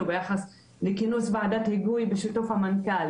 ביחס לכינוס ועדת היגוי בשיתוף המנכ"ל.